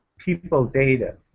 people data.